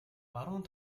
баруун